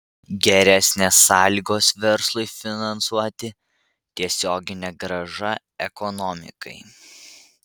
geresnės sąlygos verslui finansuoti tiesioginė grąža ekonomikai